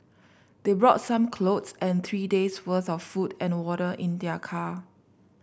they brought some clothes and three days' worth of food and water in their car